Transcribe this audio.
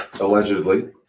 allegedly